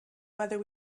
whether